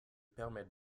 permet